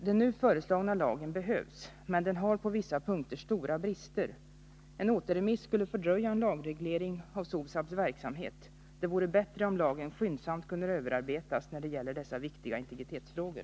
Den nu föreslagna lagen behövs, men den har på vissa punkter stora brister. En återremiss skulle fördröja en lagreglering av SOSAB:s verksamhet. Det vore bättre, om lagen skyndsamt kunde överarbetas när det gäller dessa viktiga integritetsfrågor.